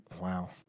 Wow